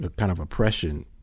but kind of oppression,